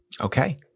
Okay